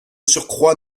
surcroît